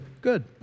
Good